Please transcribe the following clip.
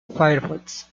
firefox